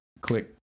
click